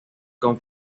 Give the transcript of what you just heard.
con